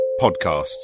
podcasts